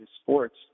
sports